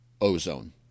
Ozone